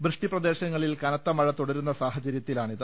വൃഷ്ടിപ്രദേശങ്ങളിൽ കനത്ത മഴ തുടരുന്ന സാഹ ചര്യത്തിലാണിത്